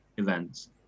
Events